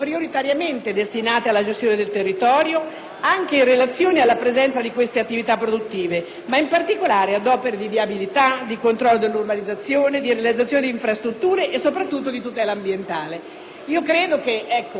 anche in relazione alla presenza di queste attività produttive, ed in particolare ad opere di viabilità, di controllo dell'urbanizzazione, di realizzazione di infrastrutture e sopratutto di tutela ambientale. Credo che, in un'ottica in cui guardiamo ai Comuni